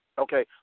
okay